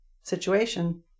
situation